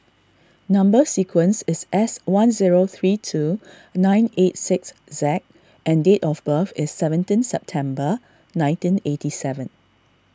Number Sequence is S one zero three two nine eight six Zac and date of birth is seventeen September nineteen eighty seven